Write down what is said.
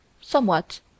somewhat